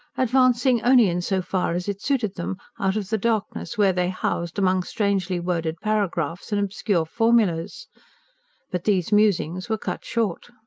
advancing only in so far as it suited them out of the darkness where they housed among strangely worded paragraphs and obscure formulas but these musings were cut short.